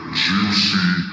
juicy